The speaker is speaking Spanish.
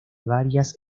varias